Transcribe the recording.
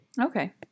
okay